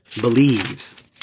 believe